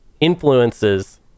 influences